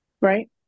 right